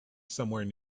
somewhere